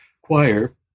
choir